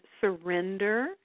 surrender